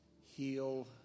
heal